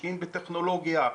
משקיעים בטכנולוגיה,